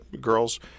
girls